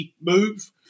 move